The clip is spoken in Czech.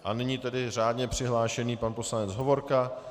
A nyní řádně přihlášený pan poslanec Hovorka.